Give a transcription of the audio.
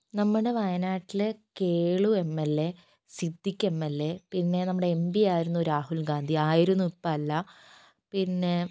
നമ്മുടെ വയനാട്ടിൽ Kelu M L A Siddique M L A പിന്നെ നമ്മുടെ എം പി ആയിരുന്നു രാഹുൽ ഗാന്ധി ആയിരുന്നു ഇപ്പം അല്ല പിന്നെ